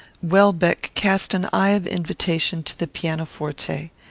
welbeck cast an eye of invitation to the piano-forte.